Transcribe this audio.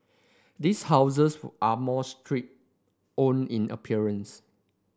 these houses are more stripped own in appearance